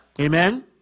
Amen